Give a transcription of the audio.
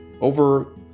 over